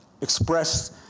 express